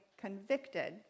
convicted